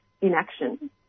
inaction